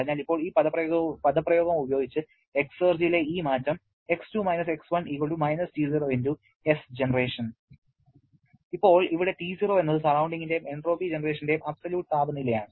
അതിനാൽ ഇപ്പോൾ ഈ പദപ്രയോഗം ഉപയോഗിച്ച് എക്സർജിയിലെ ഈ മാറ്റം X2 - X1 -T0 Sgen ഇപ്പോൾ ഇവിടെ T0 എന്നത് സറൌണ്ടിങ്ങിന്റെയും എൻട്രോപ്പി ജനറേഷന്റെയും അബ്സൊല്യൂട്ട് താപനിലയാണ്